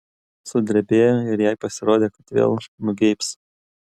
sudrebėjo ir jai pasirodė kad vėl nugeibs